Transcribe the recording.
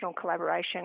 collaboration